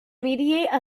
mediate